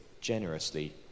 generously